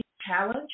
Challenge